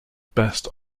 best